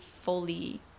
fully